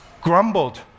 grumbled